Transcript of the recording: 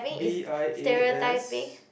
B I A S